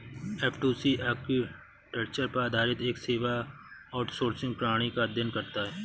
F two C architecture पर आधारित एक सेवा आउटसोर्सिंग प्रणाली का अध्ययन करता है